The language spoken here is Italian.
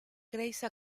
grace